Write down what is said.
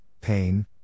pain